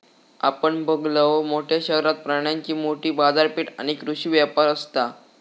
आपण बघलव, मोठ्या शहरात प्राण्यांची मोठी बाजारपेठ आणि कृषी व्यापार असता